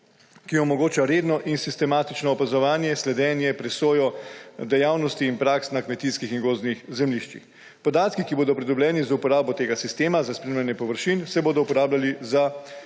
ki omogoča redno in sistematično opazovanje, sledenje, presojo dejavnosti in praks na kmetijskih in gozdnih zemljiščih. Podatki, ki bodo pridobljeni z uporabo tega sistema za spremljanje površin, se bodo uporabljali za